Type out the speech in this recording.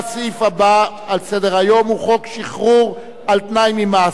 בעד, 29, אין מתנגדים, אין נמנעים.